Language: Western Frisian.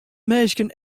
minsken